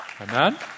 Amen